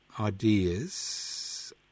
ideas